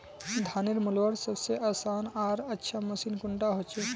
धानेर मलवार सबसे आसान आर अच्छा मशीन कुन डा होचए?